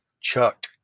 chuck